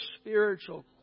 spiritual